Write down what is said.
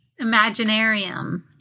Imaginarium